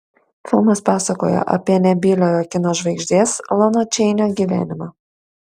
filmas pasakojo apie nebyliojo kino žvaigždės lono čeinio gyvenimą